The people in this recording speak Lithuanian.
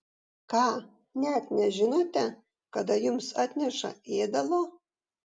ką net nežinote kada jums atneša ėdalo